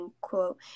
quote